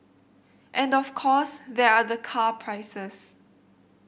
and of course there are the car prices